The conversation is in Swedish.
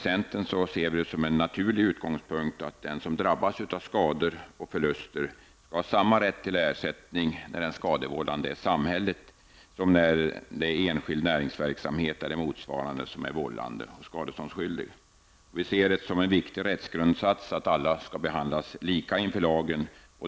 Centern ser det som en naturlig utgångspunkt att den som drabbas av skador och förluster skall ha samma rätt till ersättning när den skadevållande är samhället som när enskild näringsverksamhet eller motsvarande är vållande och skadeståndsskyldig. Vi ser det som en viktig rättsgrundsats att alla behandlas lika inför lagen.